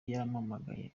yarampamagaye